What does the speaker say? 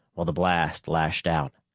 while the blast lashed out.